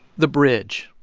the bridge,